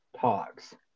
talks